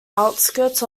outskirts